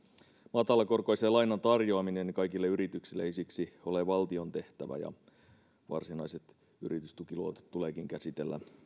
matalakorkoisen lainan tarjoaminen kaikille yrityksille ei siksi ole valtion tehtävä ja varsinaiset yritystukiluotot tuleekin käsitellä